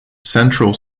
central